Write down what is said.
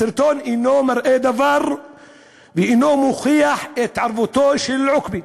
הסרטון אינו מראה דבר ואינו מוכיח את מעורבותו של עוקבי.